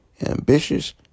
ambitious